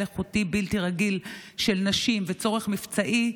איכותי בלתי רגיל של נשים וצורך מבצעי,